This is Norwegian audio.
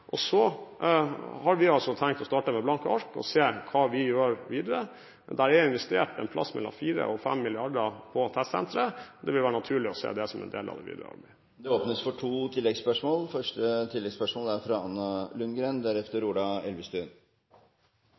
Så har vi tenkt å starte med blanke ark og se på hva vi gjør videre. Det er investert et sted mellom 4 og 5 mrd. kr på testsenteret. Det vil være naturlig å se det som en del av bidraget. Det blir gitt anledning til to